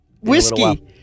Whiskey